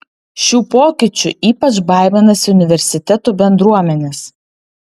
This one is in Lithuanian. šių pokyčių ypač baiminasi universitetų bendruomenės